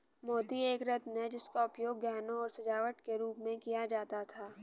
मोती एक रत्न है जिसका उपयोग गहनों और सजावट के रूप में किया जाता था